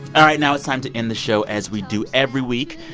all right. now it's time to end the show as we do every week.